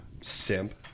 Simp